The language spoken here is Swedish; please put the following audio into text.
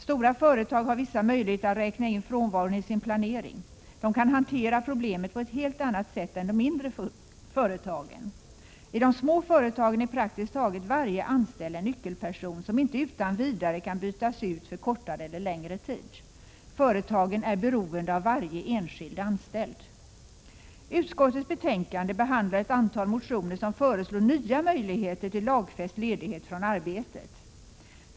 Stora företag har vissa möjligheter att räkna in frånvaron isin planering. De kan hantera problemet på ett helt annat sätt än de mindre företagen. I de små företagen är praktiskt taget varje anställd en nyckelperson som inte utan vidare kan bytas ut för kortare eller längre tid. Företagen är beroende av varje enskild anställd. Utskottets betänkande behandlar ett antal motioner som föreslår nya möjligheter till lagfäst ledighet från arbetet.